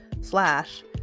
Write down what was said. slash